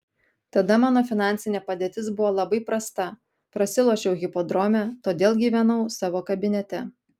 tada mano finansinė padėtis buvo labai prasta prasilošiau hipodrome todėl gyvenau savo kabinete